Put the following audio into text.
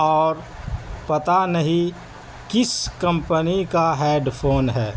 اور پتہ نہیں کس کمپنی کا ہیڈ فون ہے